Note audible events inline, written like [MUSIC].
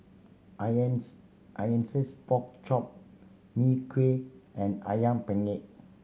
[UNINTELLIGIBLE] pork chop Mee Kuah and Ayam Penyet